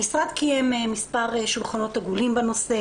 המשרד קיים מספר שולחנות עגולים בנושא,